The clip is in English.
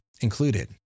included